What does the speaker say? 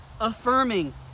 affirming